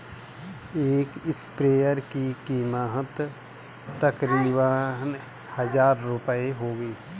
एक स्प्रेयर की कीमत तकरीबन हजार रूपए होगी